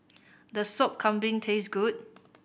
does Sop Kambing taste good